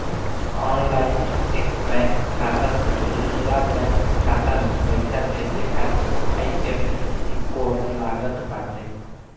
online एक bank खाता से दूसरा बैंक खाता में पईसा भेजे खातिर आई.एफ.एस.सी कोड लागत बाटे